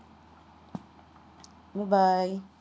bye bye